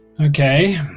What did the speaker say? okay